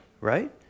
right